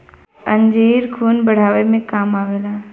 अंजीर खून बढ़ावे मे काम आवेला